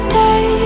day